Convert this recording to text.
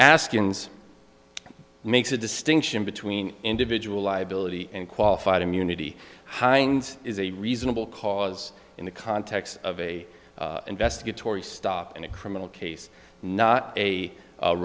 ask ins makes a distinction between individual liability and qualified immunity hind's is a reasonable cause in the context of a investigatory stop in a criminal case not a